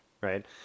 Right